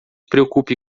preocupe